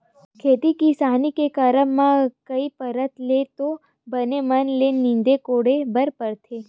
खेती किसानी के करब म कई परत ले तो बन मन ल नींदे कोड़े बर परथे